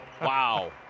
Wow